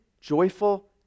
joyful